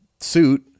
suit